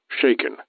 shaken